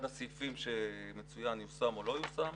כאן הסעיפים שמצוין אם יושם או לא יושם.